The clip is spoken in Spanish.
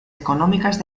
económicas